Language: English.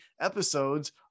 episodes